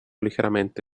ligeramente